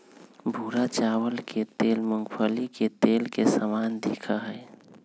भूरा चावल के तेल मूंगफली के तेल के समान दिखा हई